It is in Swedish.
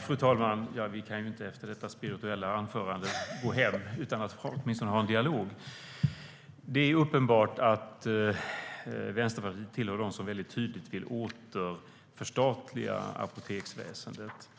Fru talman! Efter detta spirituella anförande kan vi inte gå hem utan att åtminstone ha haft en dialog. Det är uppenbart att Vänsterpartiet tillhör dem som väldigt tydligt vill återförstatliga apoteksväsendet.